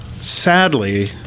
sadly